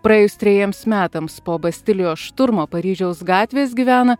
praėjus trejiems metams po bastilijos šturmo paryžiaus gatvės gyvena